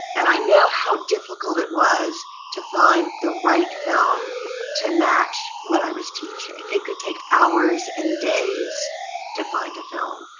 and i know how difficult it was to find the right film to match what i was teaching. it could take hours and days to find a film.